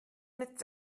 mit